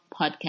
podcast